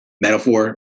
metaphor